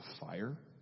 fire